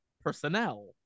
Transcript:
personnel